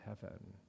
heaven